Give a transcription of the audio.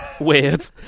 Weird